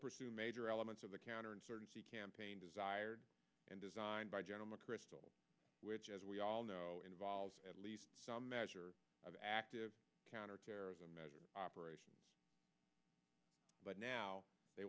pursue major elements of the counterinsurgency campaign desired and designed by general mcchrystal which as we all know involves at least some measure of active counterterrorism measures operation but now they